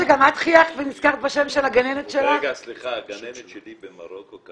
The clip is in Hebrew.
הגננת שלי במרוקו,